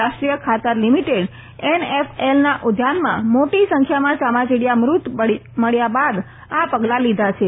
રાષ્ટ્રીય ખાતર લીમીટેડ એનએફએલના ઉદ્યાનમાં મોટી સંખ્યામાં ચામાચીડીયા મ્રત મળ્યા બાદ આ પગલા લીધા છે